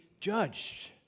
Judged